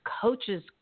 coaches